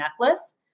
necklace